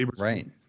Right